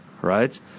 right